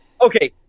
Okay